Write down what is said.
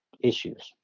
issues